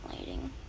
lighting